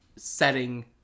setting